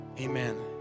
amen